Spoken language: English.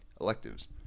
electives